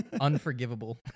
Unforgivable